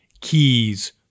keys